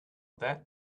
that